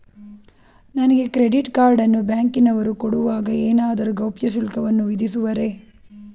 ನನಗೆ credit card ಅನ್ನು ಬ್ಯಾಂಕಿನವರು ಕೊಡುವಾಗ ಏನಾದರೂ ಗೌಪ್ಯ ಶುಲ್ಕವನ್ನು ವಿಧಿಸುವರೇ?